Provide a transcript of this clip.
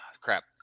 crap